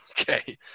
Okay